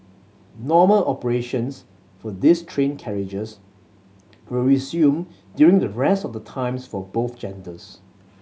normal operations for these train carriages will resume during the rest of the times for both genders